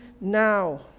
now